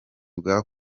bwa